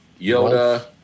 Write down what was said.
Yoda